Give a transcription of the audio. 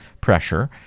pressure